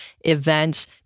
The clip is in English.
events